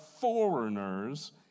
foreigners